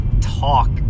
talk